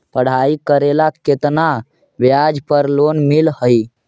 पढाई करेला केतना ब्याज पर लोन मिल हइ?